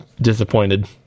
disappointed